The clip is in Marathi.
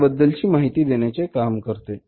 त्याबद्दल माहिती देण्याचे काम करते